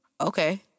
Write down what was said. okay